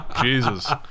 Jesus